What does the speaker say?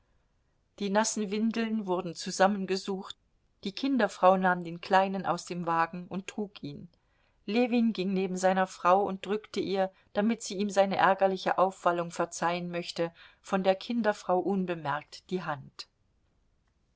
die nassen windeln wurden zusammengesucht die kinderfrau nahm den kleinen aus dem wagen und trug ihn ljewin ging neben seiner frau und drückte ihr damit sie ihm seine ärgerliche aufwallung verzeihen möchte von der kinderfrau unbemerkt die hand